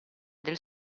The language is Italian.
del